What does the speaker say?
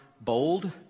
bold